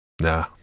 nah